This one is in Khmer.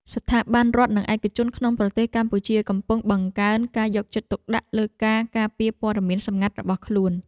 ស្ថាប័នរដ្ឋ និងឯកជនក្នុងប្រទេសកម្ពុជាកំពុងបង្កើនការយកចិត្តទុកដាក់លើការការពារព័ត៌មានសម្ងាត់របស់ខ្លួន។